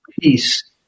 peace